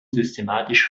systematisch